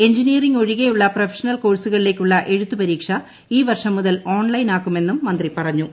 engineering ഒഴികെയുള്ള ഉപ്പാഫഷണൽ കോഴ്സുകളിലേക്കുള്ള എഴുത്തു പരീക്ഷ ഈവർഷം മുതൽ ഓൺലൈനാക്കുമെന്നും മന്ത്രി പറഞ്ഞു